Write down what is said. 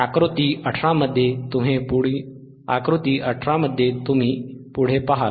आकृती 18 मध्ये तुम्ही पुढे पहाल